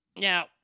Now